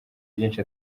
byinshi